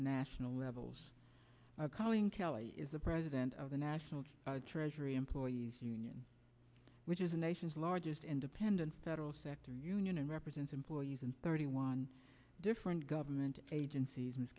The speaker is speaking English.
national levels calling kelly is the president of the national treasury employees union which is the nation's largest independent federal sector union and represents employees in thirty one different government agencies and